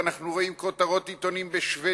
ואנחנו רואים כותרות עיתונים בשבדיה,